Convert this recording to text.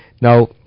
Now